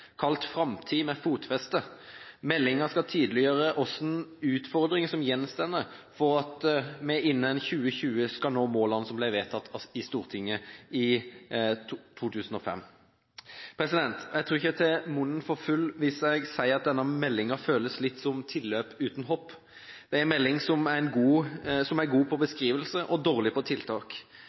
kalt Framtid med fotfeste. Meldingen skal tydeliggjøre hvilke utfordringer som gjenstår for at vi innen 2020 skal nå målene som ble vedtatt i Stortinget i 2005. Jeg tror ikke jeg tar munnen for full hvis jeg sier at denne meldingen føles litt som tilløp uten hopp. Det er en melding som er god på beskrivelse og dårlig på tiltak.